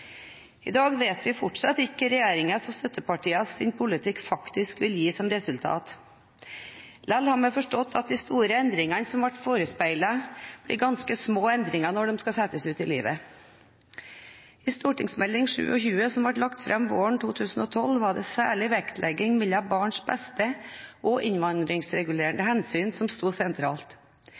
I dag vet vi fortsatt ikke hva regjeringens og støttepartienes politikk faktisk vil gi som resultat. Vi har likevel forstått at de store endringene som ble forespeilet, blir til ganske små endringer når de skal settes ut i livet. I Meld. St. 27 for 2011–2012, som ble lagt fram våren 2012, var det særlig avveiingen mellom vektleggingen av barnets beste og vektleggingen av innvandringsregulerende hensyn som stod sentralt.